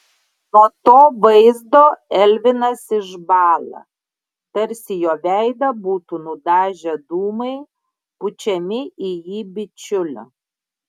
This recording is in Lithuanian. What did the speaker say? nuo to vaizdo elvinas išbąla tarsi jo veidą būtų nudažę dūmai pučiami į jį bičiulio